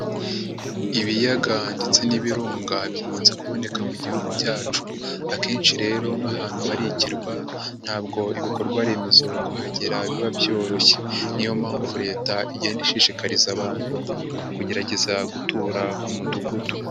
lbiyaga ndetse n'ibirunga bikunze kuboneka mu gihugu cyacu. Akenshi rero nk'ahantu hari ikirwa, ntabwo ibikorwa remezo kuhagera biba byoroshye. Niyo mpamvu leta igenda ishishikariza abantu kugerageza gutura ku mudugudu.